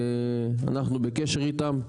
ואנחנו בקשר איתם,